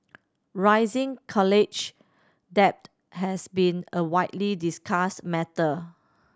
rising college debt has been a widely discussed matter